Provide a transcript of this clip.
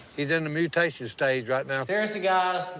he's in the mutation stage right now. seriously, guys.